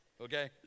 Okay